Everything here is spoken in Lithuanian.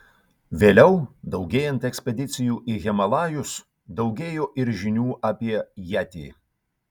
vėliau daugėjant ekspedicijų į himalajus daugėjo ir žinių apie jetį